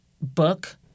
book